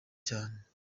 cyane